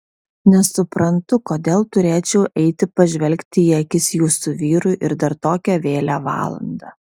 nesuprantu kodėl turėčiau eiti pažvelgti į akis jūsų vyrui ir dar tokią vėlią valandą